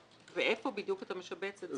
ואיפה בדיוק אתה משבץ את זה?